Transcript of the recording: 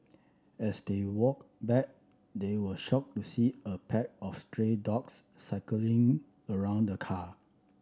as they walked back they were shocked to see a pack of stray dogs circling around the car